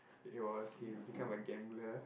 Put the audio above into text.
it was he become a gambler